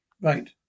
right